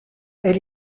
elle